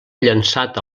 llançat